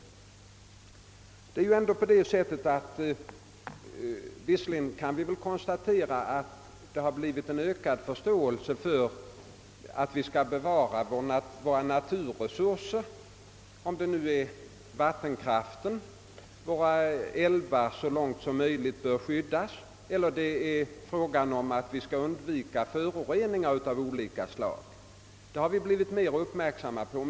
Förståelsen har ju ändå ökat för att vi skall bevara våra naturtillgångar, antingen det gäller att våra älvar och andra vattendrag så långt som möjligt bör skyddas eller det är fråga om att undvika föroreningar av olika slag. Vi har blivit mer uppmärksamma på dessa förhållanden.